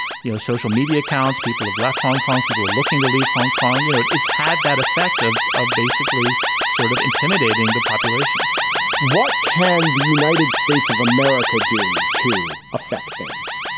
you know, social media accounts. people have left hong kong, people are looking to leave hong kong. you know, it's had that effect of of basically sort of intimidating the population what can the united states of america do to affect things?